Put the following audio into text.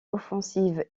offensive